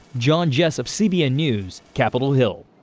john jessup, cbn news, capitol hill.